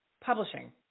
publishing